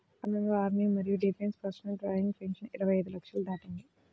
అదనంగా ఆర్మీ మరియు defence personnel drawing pension ఇరవై ఐదు లక్షలు దాటింది